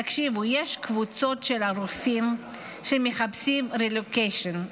תקשיבו, יש קבוצות של רופאים שמחפשים רילוקיישן.